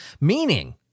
Meaning